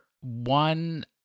one